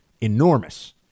enormous